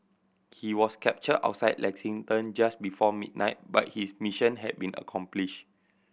he was captured outside Lexington just before midnight but his mission had been accomplished